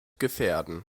gefährden